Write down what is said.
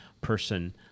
person